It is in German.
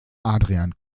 adrian